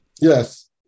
Yes